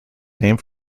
named